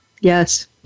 Yes